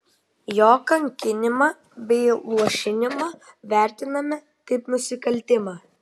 jo kankinimą bei luošinimą vertiname kaip nusikaltimą